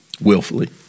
willfully